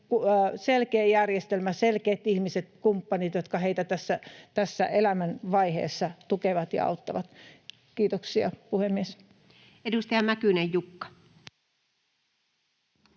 selkeä järjestelmä, selkeät ihmiset, kumppanit, jotka heitä tässä elämänvaiheessa tukevat ja auttavat. — Kiitoksia, puhemies. [Speech 214]